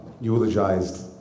eulogized